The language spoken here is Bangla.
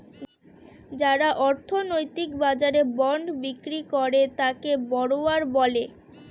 যারা অর্থনৈতিক বাজারে বন্ড বিক্রি করে তাকে বড়োয়ার বলে